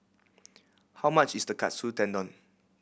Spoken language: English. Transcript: how much is the Katsu Tendon